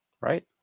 Right